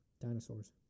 dinosaurs